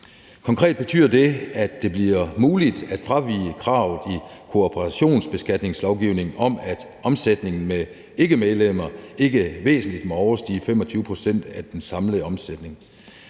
Konkret betyder det, at det bliver muligt at fravige kravet i kooperationsbeskatningslovgivningen om, at omsætningen med ikkemedlemmer ikke væsentligt må overstige 25 pct. af den samlede omsætning.